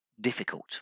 difficult